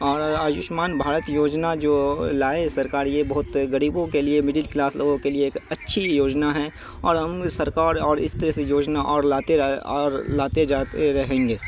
اور آیوشمان بھارت یوجنا جو لائے سرکار یہ بہت گریبوں کے لیے مڈل کلاس لوگوں کے لیے ایک اچھی یوجنا ہے اور ہم سرکار اور اس طرح سے یوجنا اور لاتے اور لاتے جاتے رہیں گے